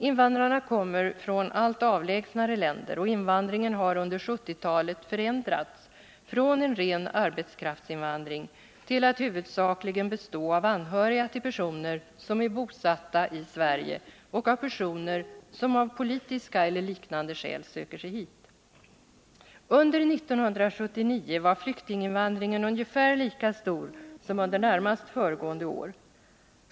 Invandrarna kommer från allt avlägsnare länder, och invandringen har under 1970-talet förändrats från att ha varit en ren arbetskraftsinvandring till att huvudsakligen bestå av anhöriga till personer som är bosatta i Sverige och av personer som av politiska eller liknande skäl söker sig hit. Under 1979 var flyktinginvandringen ungefär lika stor som under närmast föregående år.